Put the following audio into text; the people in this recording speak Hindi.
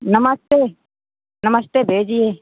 नमस्ते नमस्ते भेजिए